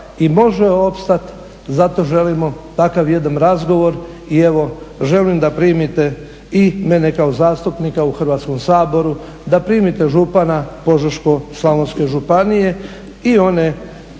i može opstat, zato želimo takav jedan razgovor i evo želim da primiti i mene kao zastupnika u Hrvatskom saboru, da primite župana Požeško-slavonske županije i one